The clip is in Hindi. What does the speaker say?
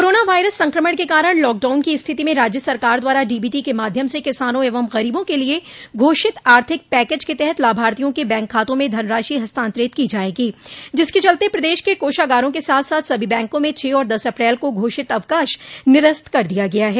कोरोना वायरस संक्रमण के कारण लॉकडाउन की स्थिति में राज्य सरकार द्वारा डीबीटी के माध्यम से किसानों एवं गरीबों के लिये घोषित आर्थिक पैकेज के तहत लाभार्थियों के बैंक खातों म धनराशि हस्तांतरित की जायेगी जिसके चलते प्रदेश के कोषागारों के साथ साथ सभी बैंकों में छह और दस अप्रैल को घोषित अवकाश निरस्त कर दिया गया है